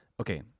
okay